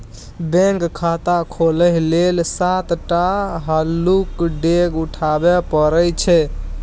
bank खाता खोलय लेल सात टा हल्लुक डेग उठाबे परय छै